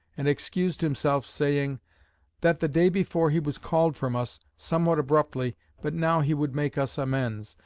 and excused himself, saying that the day before he was called from us, somewhat abruptly, but now he would make us amends,